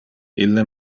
ille